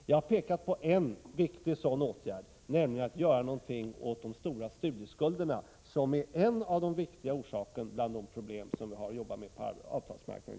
Jag har pekat på en viktig åtgärd, nämligen att göra något åt de stora studieskulderna, som är en viktig orsak till de problem som vi har att arbeta med på avtalsmarknaden.